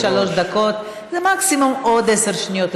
שלוש דקות זה מקסימום עוד עשר שניות,